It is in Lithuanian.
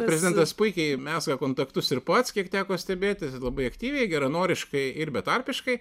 prezidentas puikiai mezga kontaktus ir pats kiek teko stebėti labai aktyviai geranoriškai ir betarpiškai